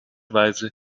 weise